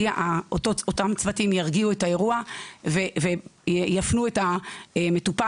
אותם צוותים ירגיעו את האירוע ויפנו את המטופל,